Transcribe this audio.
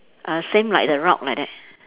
err same like the rock like that